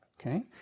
okay